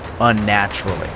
unnaturally